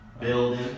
building